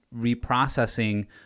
reprocessing